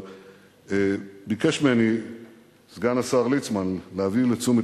אבל ביקש ממני סגן השר ליצמן להביא לתשומת